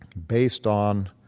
based on